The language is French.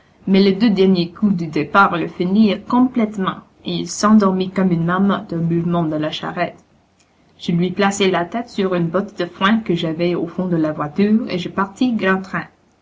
mais les deux derniers coups du départ le finirent complètement et il s'endormit comme une marmotte au mouvement de la charrette je lui plaçai la tête sur une botte de foin que j'avais au fond de la voiture et je partis grand train